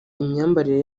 imyambarire